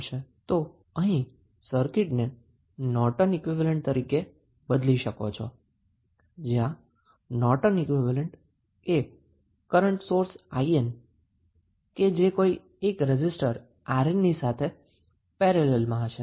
તો અહીં સર્કીટને નોર્ટન ઈક્વેવેલેન્ટ તરીકે બદલી શકો છો જ્યાં નોર્ટન ઈક્વીવેલેન્ટમા કરન્ટ સોર્સ 𝐼𝑁 એક રેઝિસ્ટર 𝑅𝑁 ની સાથે પેરેલલમાં હશે